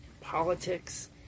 politics